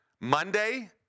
Monday